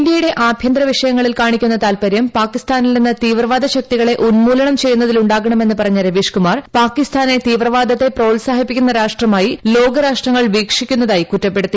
ഇന്ത്യയുടെ ആഭ്യന്തര വിഷയങ്ങളിൽ കാണിക്കുന്ന താൽപ്പര്യം പാക്കിസ്ഥാനിൽ നിന്ന് തീവ്രവാദ ശക്തികളെ ഉൽമൂലനം ചെയ്യുന്നതിൽ ഉണ്ടാകണമെന്ന് പറഞ്ഞ രവീഷ്കുമാർ പാക്കിസ്ഥാനെ തീവ്രവാദത്തെ പ്രോത്സാഹിപ്പിക്കുന്ന രാഷ്ട്രമായി ലോകരാഷ്ട്രങ്ങൾ വീക്ഷിക്കുന്നതായി കുറ്റപ്പെടുത്തി